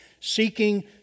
seeking